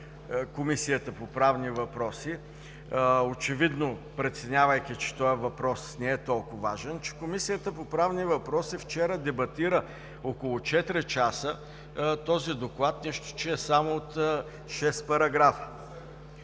Комисията по правни въпроси, очевидно преценявайки, че този въпрос не е толкова важен. Комисията по правни въпроси вчера дебатира около четири часа този доклад, нищо че е само от шест параграфа.